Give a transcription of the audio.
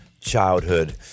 childhood